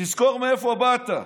תזכור מאיפה באת.